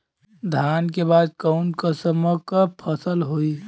धान के बाद कऊन कसमक फसल होई?